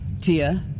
Tia